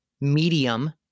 medium